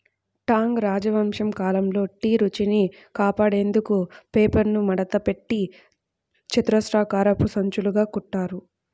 Tang రాజవంశం కాలంలో tea రుచిని కాపాడేందుకు పేపర్ను మడతపెట్టి చతురస్రాకారపు సంచులుగా కుట్టారు